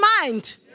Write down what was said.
mind